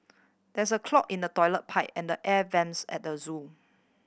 there is a clog in the toilet pipe and the air vents at the zoo